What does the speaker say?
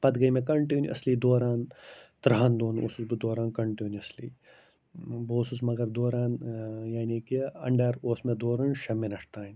پَتہٕ گٔے مےٚ کَنٹِنیُوَسلی دوران تٕرٛہَن دۄہَن اوسُس بہٕ دوران کَنٹِنیُوَسلی بہٕ اوسُس مگر دوران یعنی کہِ اَنڈَر اوس مےٚ دورُن شےٚ مِنَٹ تام